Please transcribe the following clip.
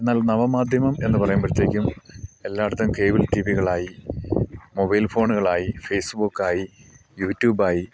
എന്നാൽ നവമാധ്യമം എന്ന് പറയുമ്പോഴത്തേക്കും എല്ലായിടത്തും കേബിൾ ടി വി കളായി മൊബൈൽ ഫോണുകളായി ഫേസ്ബുക്ക് ആയി യൂട്യൂബ് ആയി